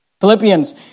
Philippians